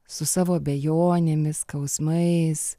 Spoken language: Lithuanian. su savo abejonėmis skausmais